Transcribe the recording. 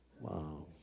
Wow